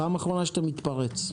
פעם אחרונה שאתה מתפרץ.